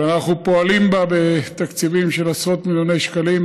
ואנחנו פועלים בה בתקציבים של עשרות מיליוני שקלים,